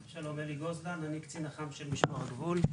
שלום, אני אלי גוזלן, קצין אח"מ של משמר הגבול.